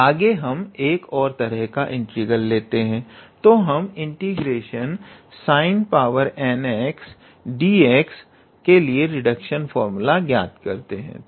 आगे हम एक और तरह का इंटीग्रल लेते हैं तो हम ∫ 𝑠𝑖𝑛𝑛𝑥𝑑𝑥 के लिए रिडक्शन फार्मूला ज्ञात करते हैं